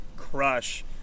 crush